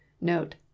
note